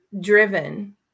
driven